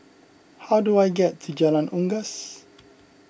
how do I get to Jalan Unggas